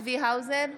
צבי האוזר,